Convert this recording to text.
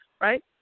right